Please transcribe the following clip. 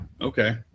Okay